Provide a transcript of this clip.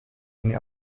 eine